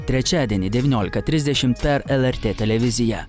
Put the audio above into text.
trečiadienį devyniolika trisdešimt per lrt televiziją